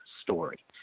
story